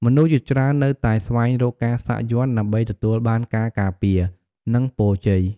មនុស្សជាច្រើននៅតែស្វែងរកការសាក់យ័ន្តដើម្បីទទួលបានការការពារ និងពរជ័យ។